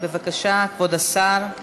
בבקשה, כבוד השר.